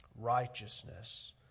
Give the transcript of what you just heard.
Righteousness